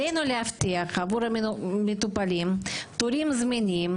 עלינו להבטיח עבור המטופלים תורים זמינים